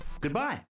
Goodbye